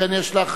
לכן יש לך,